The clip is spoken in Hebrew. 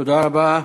תודה רבה.